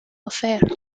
affair